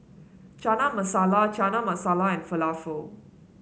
Chana Masala Chana Masala and Falafel